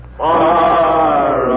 far